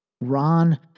Ron